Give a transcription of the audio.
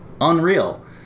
unreal